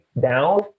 down